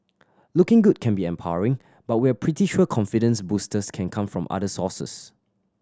looking good can be empowering but we're pretty sure confidence boosters can come from other sources